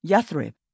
Yathrib